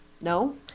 No